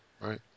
Right